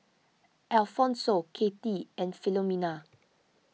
Alfonso Kathie and Filomena